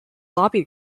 lobby